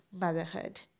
motherhood